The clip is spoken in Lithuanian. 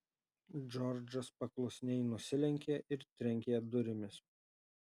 džordžas paklusniai nusilenkė ir trenkė durimis